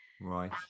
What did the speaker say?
Right